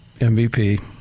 MVP